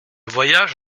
voyage